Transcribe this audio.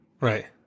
right